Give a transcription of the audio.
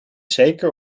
zeker